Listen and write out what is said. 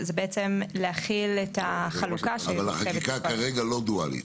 זה בעצם להחיל את החלוקה ש --- אבל החקיקה כרגע לא דואלית,